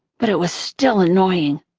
but it was still annoying.